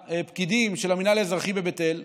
מהפקידים של המינהל האזרחי בבית אל.